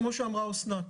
כמו שאמרה אסנת,